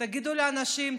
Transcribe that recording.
תגידו לאנשים,